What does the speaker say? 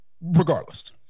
regardless